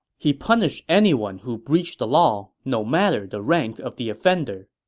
he punished anyone who breached the law, no matter the rank of the offender.